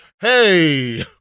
Hey